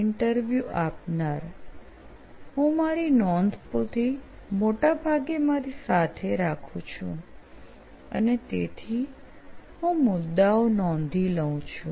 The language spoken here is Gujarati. ઈન્ટરવ્યુ આપનાર હું મારી નોંધપોથી મોટાભાગે મારી સાથે રાખું છું અને તેથી હું મુદ્દાઓ નોંધી લઉં છું